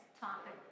topic